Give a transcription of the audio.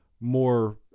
more